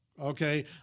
okay